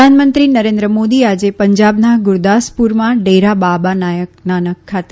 પ્રધાનમંત્રી નરેન્દ્ર મોદી આજે પંજાબના ગુરૂદાસપુરમાં ડેરા બાબા નાનક ખાતે